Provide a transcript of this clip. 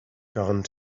gone